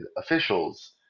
officials